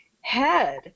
head